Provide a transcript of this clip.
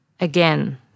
Again